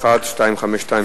1252,